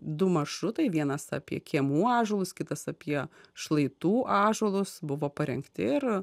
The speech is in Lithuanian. du maršrutai vienas apie kiemų ąžuolus kitas apie šlaitų ąžuolus buvo parengti ir